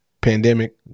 pandemic